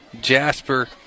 Jasper